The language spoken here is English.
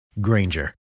Granger